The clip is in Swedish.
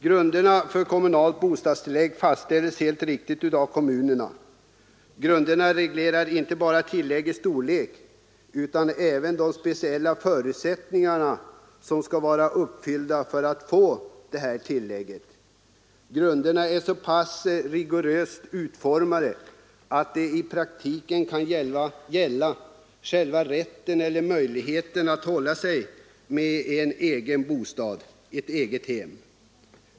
Grunderna för kommunalt bostadstillägg fastställs helt riktigt av kommunerna, och de reglerar inte bara tilläggets storlek utan även de speciella förutsättningar som skall vara uppfyllda för att man skall få kommunalt bostadstillägg. Grunderna är så pass rigoröst utformade att de i praktiken kan gälla själva rätten eller möjligheten att hålla sig med en egen bostad — ett eget hem.